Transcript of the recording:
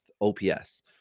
OPS